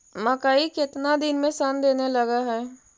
मकइ केतना दिन में शन देने लग है?